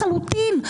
קרי לחלוטין,